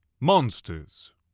MONSTERS